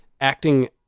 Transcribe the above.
acting